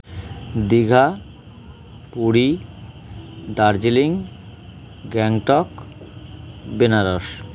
Digha Puri Darjeeling Gangtok Benaras